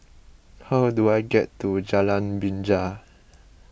how do I get to Jalan Binja